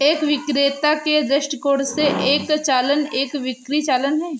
एक विक्रेता के दृष्टिकोण से, एक चालान एक बिक्री चालान है